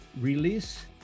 Release